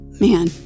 man